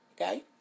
okay